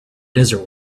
desert